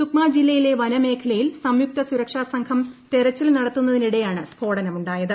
സുക്മ ജില്ലയിലെ വനമേഖലയിൽ സംയുക്ത സുരക്ഷാ സംഘം തെരച്ചിൽ നടത്തുന്നതിനിടെയാണ് സ്ഫോടനമുണ്ടായത്